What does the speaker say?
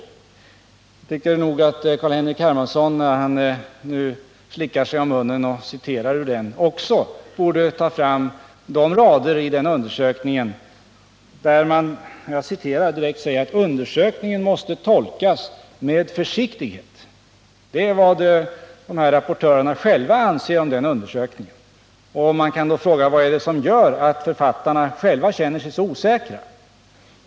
Jag tycker nog att Carl-Henrik Hermansson, när han nu slickar sig om munnen och citerar ur den, också borde ta fram de rader i undersökningen där man säger att ”undersökningen måste tolkas med försiktighet”. Det är vad dessa rapportörer själva anser om undersökningen. Man kan då fråga: Vad är det som gör att författarna själva känner sig så osäkra?